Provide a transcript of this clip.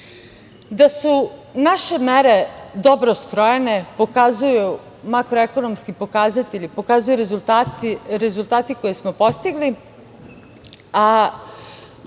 su naše mere dobro skrojene, pokazuju makroekonomski pokazatelji, pokazuju rezultati koje smo postigli, a